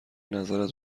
نظرت